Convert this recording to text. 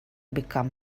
become